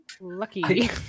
Lucky